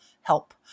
help